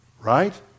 Right